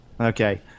Okay